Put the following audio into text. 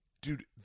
Dude